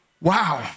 wow